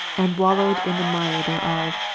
and wallowed in the mire thereof,